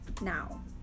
now